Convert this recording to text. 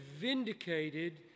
vindicated